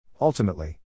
Ultimately